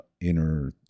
inner